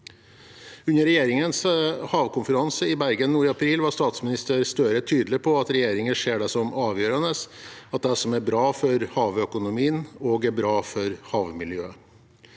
Under regjeringens havkonferanse i Bergen nå i april var statsminister Støre tydelig på at regjeringen ser det som avgjørende at det som er bra for havøkonomien, også er bra for havmiljøet.